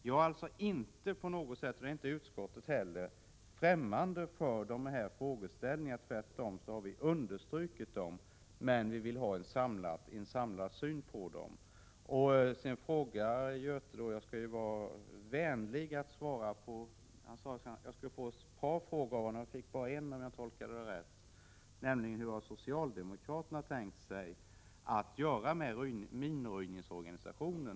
Jag är inte — inte heller utskottet — främmande för dessa frågeställningar. Tvärtom har vi understrukit vikten av dem, men vi vill ha en samlad syn på dem. Göthe Knutson sade att han skulle ställa ett par frågor till mig. Men jag fick bara en, om jag uppfattade honom riktigt, nämligen hur socialdemokraterna har tänkt sig att göra med minröjningsorganisationen.